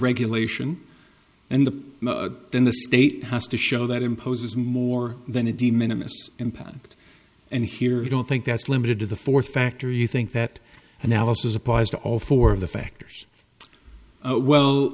regulation and the then the state has to show that imposes more than a de minimus impact and here i don't think that's limited to the fourth factor you think that analysis applies to all four of the factors well